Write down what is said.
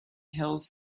hills